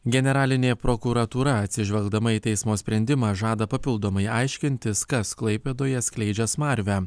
generalinė prokuratūra atsižvelgdama į teismo sprendimą žada papildomai aiškintis kas klaipėdoje skleidžia smarvę